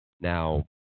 Now